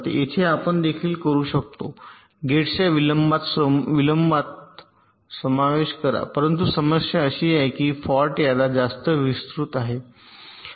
येथे आपण देखील करू शकतो गेट्सच्या विलंबात समावेश करा परंतु समस्या अशी आहे की येथे फॉल्ट याद्या जास्त विस्तृत आहेत